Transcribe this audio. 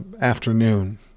afternoon